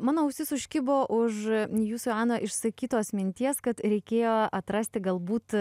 mano ausis užkibo už jūsų ana išsakytos minties kad reikėjo atrasti galbūt